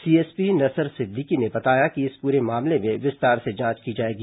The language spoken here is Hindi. सीएसपी नसर सिद्दीकी ने बताया कि इस पूरे मामले में विस्तार से जांच की जाएगी